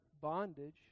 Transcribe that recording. bondage